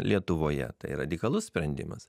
lietuvoje tai radikalus sprendimas